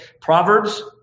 Proverbs